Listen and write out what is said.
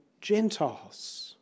Gentiles